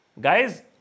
Guys